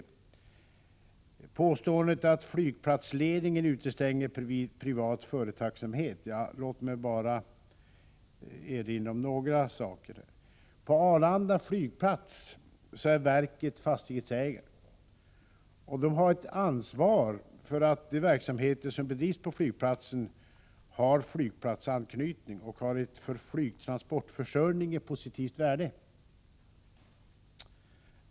När det gäller påståendet att flygplatsledningen utestänger privata företag vill jag bara erinra om några saker. På Arlanda flygplats är verket fastighetsägare och har ett ansvar för att de verksamheter som bedrivs på flygplatsen har flygplatsanknytning och har ett för flygtrafikförsörjningen positivt värde.